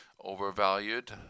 overvalued